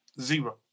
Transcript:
Zero